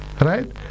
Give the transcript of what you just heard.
right